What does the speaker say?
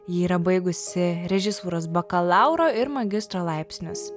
ji yra baigusi režisūros bakalauro ir magistro laipsnius